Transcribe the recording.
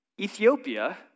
Ethiopia